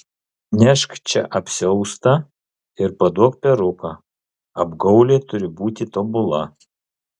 nešk čia apsiaustą ir paduok peruką apgaulė turi būti tobula